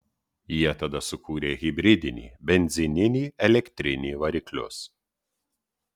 jie tada sukūrė hibridinį benzininį elektrinį variklius